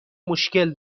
مشکل